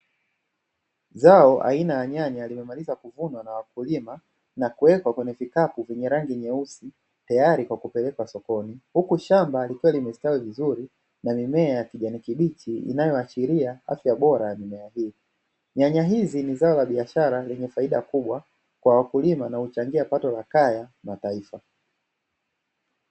Zao aina ya nyanya limemaliza kuvunwa na wakulima na kuwekwa kwenye vikapu vyenye rangi nyeusi, tayari kwa kupelekwa sokoni; huku shamba likiwa limestawi vizuri na mimea ya kijani kibichi inayoashiria afya bora ya mimea hii. Nyanya hizi ni zao la biashara lenye faida kubwa kwa wakulima na huchangia pato la kaya na taifa.